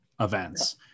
events